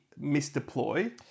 misdeploy